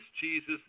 Jesus